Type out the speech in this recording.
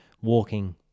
walking